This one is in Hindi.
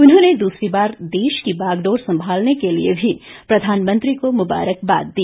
उन्होंने दूसरी बार देश की बागडोर संभालने के लिए भी प्रधानमंत्री को मुंबारकबाद दी